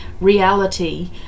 reality